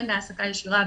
בין בהעסקה ישירה,